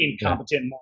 incompetent